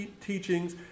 teachings